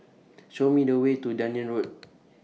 Show Me The Way to Dunearn Road